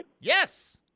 Yes